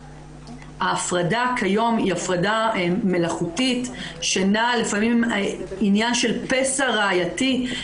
ההפרדה כיום היא הפרדה מלאכותית ולפעמים זה עניין של פסע ראייתי.